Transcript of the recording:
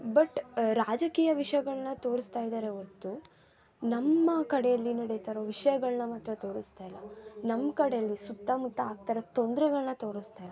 but ರಾಜಕೀಯ ವಿಷಯಗಳನ್ನ ತೋರಿಸ್ತಾ ಇದ್ದಾರೆ ಹೊರ್ತು ನಮ್ಮ ಕಡೆಯಲ್ಲಿ ನಡೀತ ಇರೊ ವಿಷಯಗಳ್ನ ಮಾತ್ರ ತೋರಿಸ್ತಾ ಇಲ್ಲ ನಮ್ಮ ಕಡೆಯಲ್ಲಿ ಸುತ್ತಮುತ್ತ ಆಗ್ತಾ ಇರೊ ತೊಂದ್ರೆಗಳನ್ನ ತೋರಿಸ್ತಾ ಇಲ್ಲ